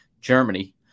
Germany